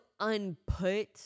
unput